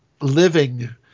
Living